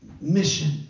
mission